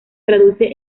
traduce